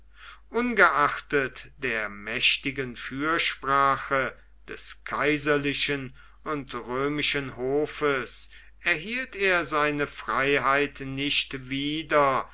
ungeachtet der mächtigen fürsprache des kaiserlichen und römischen hofes erhielt er seine freiheit nicht wieder